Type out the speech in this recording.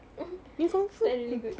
(uh huh) that's really good